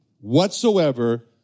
whatsoever